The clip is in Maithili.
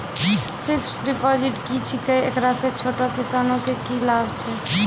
फिक्स्ड डिपॉजिट की छिकै, एकरा से छोटो किसानों के की लाभ छै?